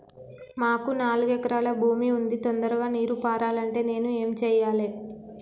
మాకు నాలుగు ఎకరాల భూమి ఉంది, తొందరగా నీరు పారాలంటే నేను ఏం చెయ్యాలే?